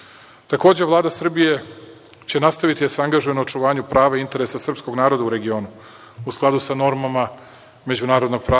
aktera. Takođe, Vlada Srbije će nastaviti da se angažuje na očuvanju prava i interesa srpskog naroda u regionu u skladu sa normama međunarodnog prava.